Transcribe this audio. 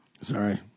sorry